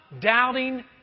doubting